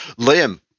liam